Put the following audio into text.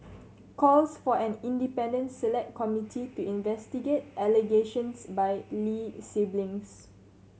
calls for an independent Select Committee to investigate allegations by Lee siblings